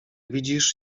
widzisz